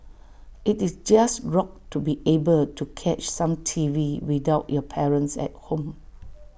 IT is just rocked to be able to catch some T V without your parents at home